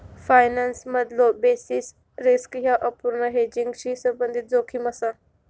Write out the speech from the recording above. फायनान्समधलो basis risk ह्या अपूर्ण हेजिंगशी संबंधित जोखीम असा